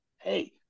hey